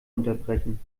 unterbrechen